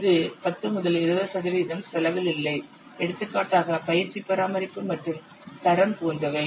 இது 10 முதல் 20 சதவிகிதம் செலவில் இல்லை எடுத்துக்காட்டாக பயிற்சி பராமரிப்பு மற்றும் தரம் போன்றவை